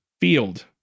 Field